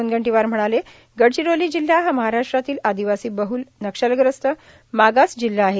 मुनगंटीवार म्हणाले गडचिरोली जिल्हा हा महाराष्ट्रातील आदिवासी बहुल नक्षलग्रस्त मागास जिल्हा आहे